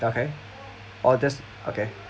okay or just okay